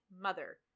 mother